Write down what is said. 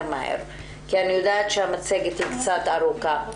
מהר כי אני יודעת שהמצגת קצת ארוכה.